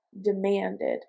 demanded